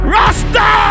Rasta